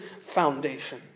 foundation